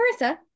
marissa